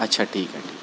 اچھا ٹھیک ہے